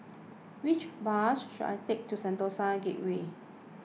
which bus should I take to Sentosa Gateway